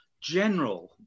general